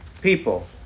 people